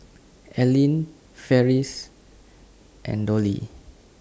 Allene Farris and Dollie